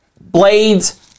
blades